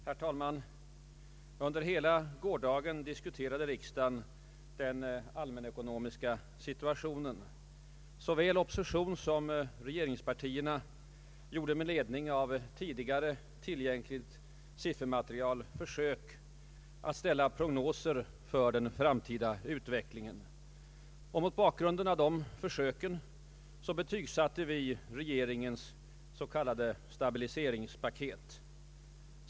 Herr talman! Under hela gårdagen diskuterade riksdagen den allmänekonomiska situationen. Såväl oppositionen som regeringspartiet gjorde med ledning av tidigare tillgängligt siffermaterial försök att ställa prognoser för den framtida utvecklingen. Mot bakgrunden av dessa försök betygsatte vi regeringens s.k. stabiliseringspaket.